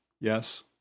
Yes